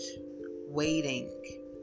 waiting